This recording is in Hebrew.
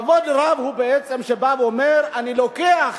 כבוד רב בעצם אומר: אני לוקח